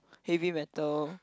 heavy metal